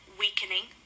weakening